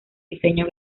diseño